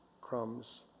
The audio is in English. crumbs